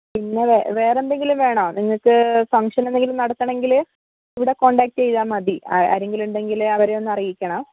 പിന്നെ വേ വേറെ എന്തെങ്കിലും വേണോ നിങ്ങൾക്ക് ഫംഗ്ഷൻ എന്തെങ്കിലും നടത്തണമെങ്കിൽ ഇവിടെ കോൺടാക്ട് ചെയ്താൽ മതി ആരെങ്കിലും ഉണ്ടെങ്കിൽ അവരെയൊന്ന് അറിയിക്കണം